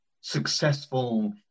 successful